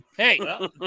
Hey